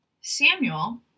Samuel